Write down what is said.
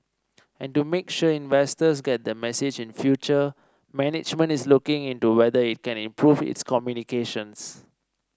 and to make sure investors get the message in future management is looking into whether it can improve its communications